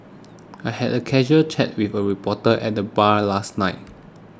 I had a casual chat with a reporter at the bar last night